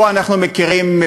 פה אנחנו מכירים,